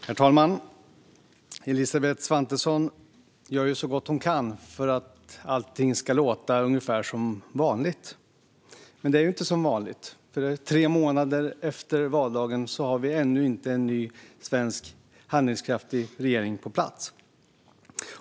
Herr talman! Elisabeth Svantesson gör så gott hon kan för att allting ska låta ungefär som vanligt, men det är inte som vanligt. Tre månader efter valdagen har vi ännu inte en ny svensk handlingskraftig regering på plats.